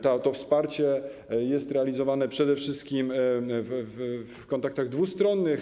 To wsparcie jest realizowane przede wszystkim w kontaktach dwustronnych.